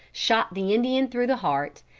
shot the indian through the heart,